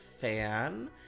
fan